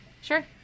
Sure